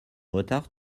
retard